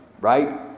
right